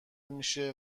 میشه